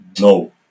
no